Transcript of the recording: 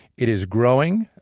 it is growing,